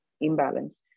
imbalance